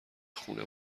خونه